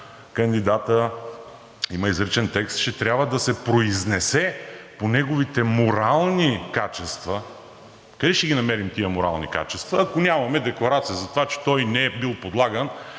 кандидата, има изричен текст, че трябва да се произнесе по неговите морални качества, къде ще ги намерим тези морални качества, ако нямаме декларация за това, че той не е бил подлаган